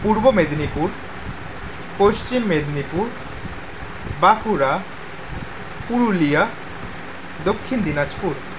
Purba Medinipur Paschim Medinipur Bankura Purulia Dakshin Dinajpur